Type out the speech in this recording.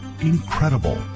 incredible